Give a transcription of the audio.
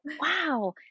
wow